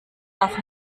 darf